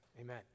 amen